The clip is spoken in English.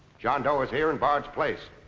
john doe is here in bard's place.